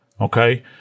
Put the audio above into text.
Okay